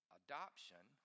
adoption